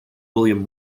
william